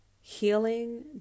healing